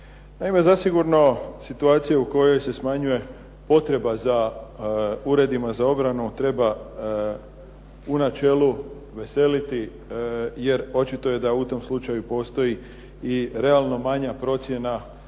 Naime, zasigurno situacija u kojoj se smanjuje potreba za uredima za obranu treba u načelu veseliti jer očito je da u tom slučaju postoji i realno manja procjena